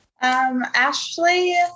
Ashley